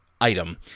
item